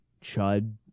chud